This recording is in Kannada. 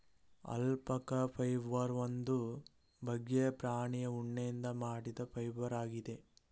ಅಲ್ಪಕ ಫೈಬರ್ ಒಂದು ಬಗ್ಗೆಯ ಪ್ರಾಣಿಯ ಉಣ್ಣೆಯಿಂದ ಮಾಡಿದ ಫೈಬರ್ ಆಗಿದೆ